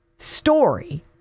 story